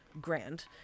grand